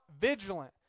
vigilant